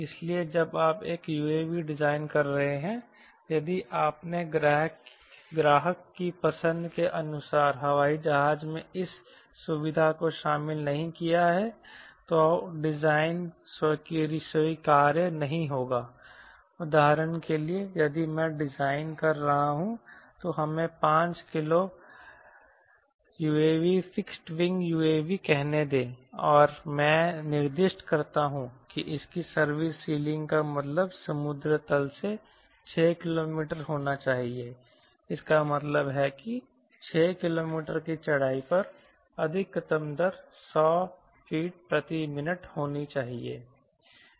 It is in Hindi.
इसलिए जब आप एक UAV डिजाइन कर रहे हैं यदि आपने ग्राहक की पसंद के अनुसार हवाई जहाज में इस सुविधा को शामिल नहीं किया है तो डिजाइन स्वीकार्य नहीं होगा उदाहरण के लिए यदि मैं डिजाइन कर रहा हूं तो हमें 5 kilo UAV fixed wing UAV कहने दें और मैं निर्दिष्ट करता हूं कि इसकी सर्विस सीलिंग का मतलब समुद्र तल से 6 किलोमीटर होना चाहिए इसका मतलब है कि 6 किलोमीटर की चढ़ाई पर अधिकतम दर 100 फीट प्रति मिनट होनी चाहिए